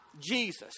Jesus